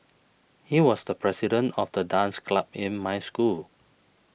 he was the president of the dance club in my school